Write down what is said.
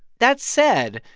that said,